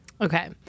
Okay